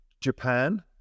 Japan